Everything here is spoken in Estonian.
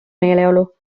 meeleolu